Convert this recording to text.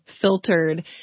filtered